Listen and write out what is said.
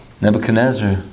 Nebuchadnezzar